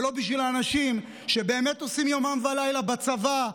ולא בשביל האנשים שבאמת עושים יומם ולילה בצבא,